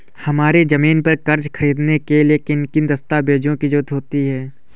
हमारी ज़मीन पर कर्ज ख़रीदने के लिए किन किन दस्तावेजों की जरूरत होती है?